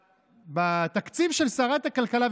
בתקציב של שרת הכלכלה,